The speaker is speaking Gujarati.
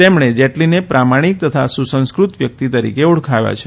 તેમણે જેટલીને પ્રામાણીક તથા સુસસ્કૃત વ્યક્તિ તરીકે ઓળખાવ્યા છે